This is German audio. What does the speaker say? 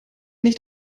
nicht